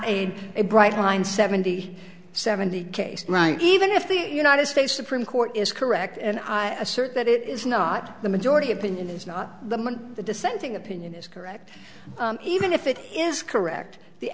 a bright line seventy seven the case right even if the united states supreme court is correct and i assert that it is not the majority opinion is not the one the dissenting opinion is correct even if it is correct the